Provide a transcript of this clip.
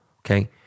Okay